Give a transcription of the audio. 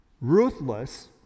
ruthless